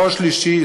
דור שלישי,